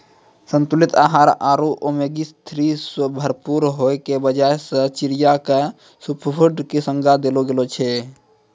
संतुलित आहार आरो ओमेगा थ्री सॅ भरपूर होय के वजह सॅ चिया क सूपरफुड के संज्ञा देलो गेलो छै